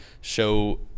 show